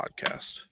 podcast